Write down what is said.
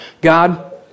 God